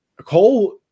Cole